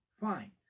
fine